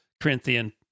Corinthian